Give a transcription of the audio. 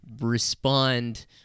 Respond